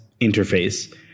interface